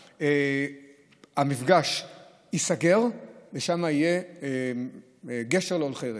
המפגש ייסגר ושם יהיה גשר להולכי רגל.